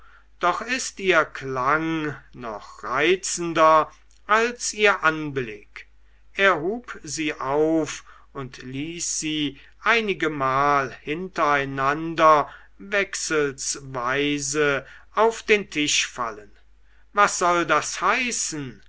doch ist ihr klang noch reizender als ihr anblick er hub sie auf und ließ sie einigemal hintereinander wechselsweise auf den tisch fallen was soll das heißen